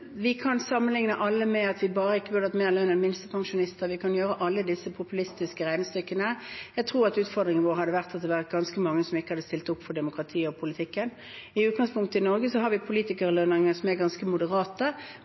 Vi kan sammenligne alle på den måten, at vi ikke burde hatt mer lønn enn minstepensjonister, vi kan gjøre alle disse populistiske regnestykkene. Jeg tror utfordringen hadde blitt at ganske mange ikke hadde stilt opp for demokratiet og for politikken. I utgangpunktet har vi i Norge politikerlønninger som er ganske moderate